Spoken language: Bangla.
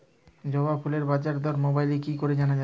জবা ফুলের বাজার দর মোবাইলে কি করে জানা যায়?